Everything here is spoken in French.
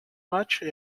matchs